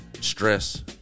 stress